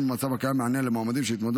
במצב הקיים אין מענה למועמדים שהתמודדו